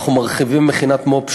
אנחנו מרחיבים מכינת מו"פ,